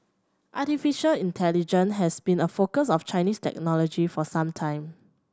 artificial intelligence has been a focus of Chinese technologist for some time